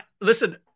Listen